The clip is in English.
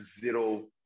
zero